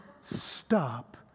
stop